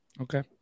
Okay